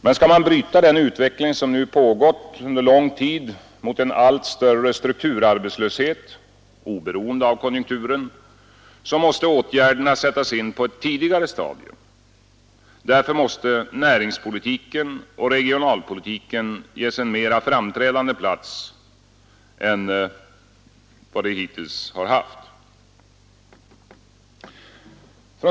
Men skall man bryta den utveckling som nu pågått under lång tid mot en allt större strukturarbetslöshet oberoende av konjunkturen måste åtgärderna sättas in på ett tidigare stadium. Därför måste näringspolitiken och regionalpolitiken ges en mera framträdande plats än vad de hittills haft.